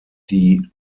die